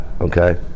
okay